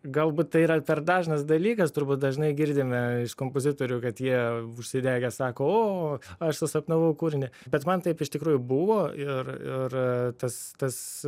galbūt tai yra per dažnas dalykas turbūt dažnai girdime iš kompozitorių kad jie užsidegę sako o aš susapnavau kūrinį bet man taip iš tikrųjų buvo ir ir tas tas